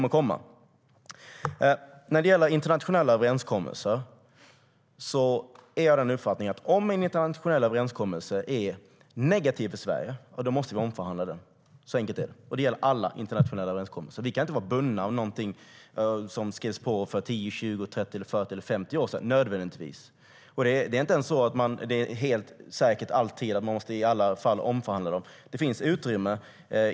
När det gäller internationella överenskommelser är jag av den uppfattningen att om de är negativa för Sverige, då måste vi omförhandla dem. Så enkelt är det, och det gäller alla internationella överenskommelser. Vi kan inte vara bundna av någonting som skrevs under för 10-50 år sedan. Man måste inte ens i alla fall omförhandla dessa överenskommelser.